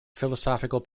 philosophical